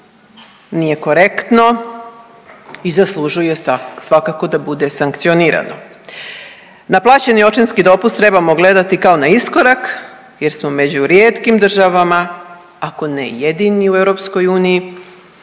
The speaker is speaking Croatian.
nije korektno i zaslužuje svakako da bude sankcionirano. Na plaćeni očinski dopust trebamo gledati kao na iskorak jer smo među rijetkim državama, ako ne i jedini u EU